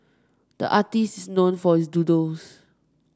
the artist is known for his doodles